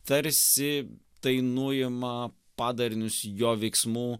tarsi tai nuima padarinius jo veiksmų